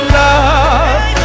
love